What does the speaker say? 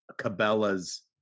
Cabela's